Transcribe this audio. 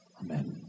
Amen